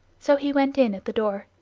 so he went in at the door.